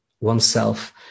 oneself